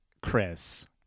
Chris